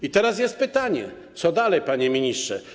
I teraz jest pytanie: Co dalej, panie ministrze?